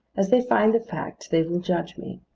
as they find the fact, they will judge me.